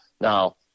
Now